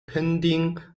pending